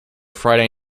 friday